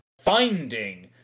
finding